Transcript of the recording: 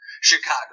Chicago